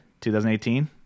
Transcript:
2018